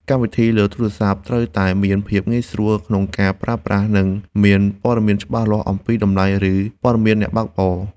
កម្មវិធីលើទូរស័ព្ទត្រូវតែមានភាពងាយស្រួលក្នុងការប្រើប្រាស់ និងមានព័ត៌មានច្បាស់លាស់អំពីតម្លៃ ឬព័ត៌មានអ្នកបើកបរ។